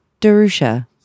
Derusha